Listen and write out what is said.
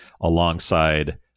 alongside